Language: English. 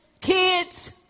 kids